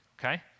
okay